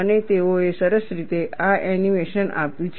અને તેઓએ સરસ રીતે આ એનિમેશન આપ્યું છે